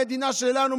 המדינה שלנו,